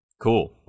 Cool